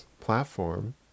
platform